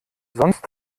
sonst